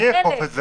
(היו"ר יעקב אשר, 10:49) מי יאכוף את זה?